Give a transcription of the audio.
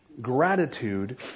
gratitude